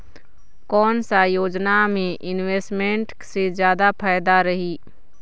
कोन सा योजना मे इन्वेस्टमेंट से जादा फायदा रही?